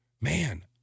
man